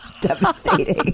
Devastating